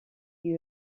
you